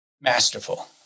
masterful